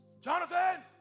Jonathan